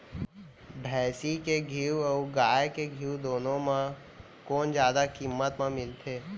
भैंसी के घीव अऊ गाय के घीव दूनो म कोन जादा किम्मत म मिलथे?